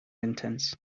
intense